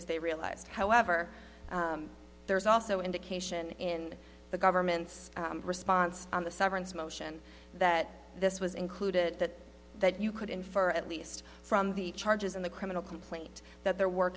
as they realized however there's also indication in the government's response on the severance motion that this was included that that you could infer at least from the charges in the criminal complaint that there were